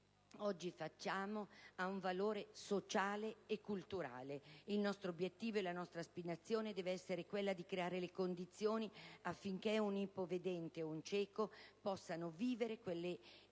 oggi facciamo abbia un valore sociale e culturale: il nostro obiettivo e la nostra aspirazione deve essere quella di creare le condizioni affinché anche un ipovedente o un cieco possano vivere quelle emozioni